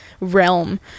realm